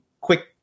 quick